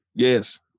Yes